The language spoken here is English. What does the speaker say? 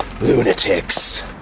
lunatics